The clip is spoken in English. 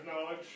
knowledge